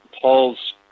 Paul's